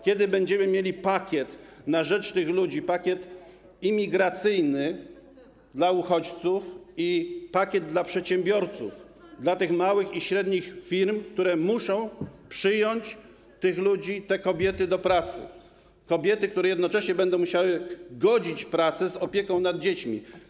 Kiedy będziemy mieli pakiet na rzecz tych ludzi, pakiet imigracyjny dla uchodźców i pakiet dla przedsiębiorców, dla małych i średnich firm, które muszą przyjąć do pracy tych ludzi, te kobiety, które jednocześnie będą musiały godzić pracę z opieką nad dziećmi?